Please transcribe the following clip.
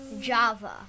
Java